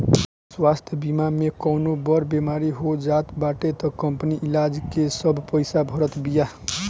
स्वास्थ्य बीमा में कवनो बड़ बेमारी हो जात बाटे तअ कंपनी इलाज के सब पईसा भारत बिया